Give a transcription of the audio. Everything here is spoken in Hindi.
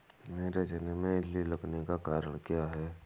मेरे चने में इल्ली लगने का कारण क्या है?